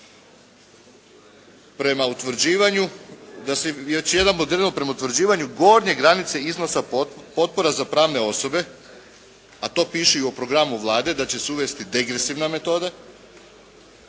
prema utvrđivanju gornje granice iznosa potpora za pravne osobe, a to piše u programu Vlade da će se uvesti degresivna metoda,